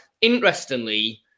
interestingly